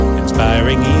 inspiring